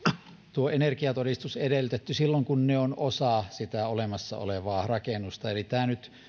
tuo energiatodistus edellytetty silloin kun ne ovat osa sitä olemassa olevaa rakennusta eli tämä nyt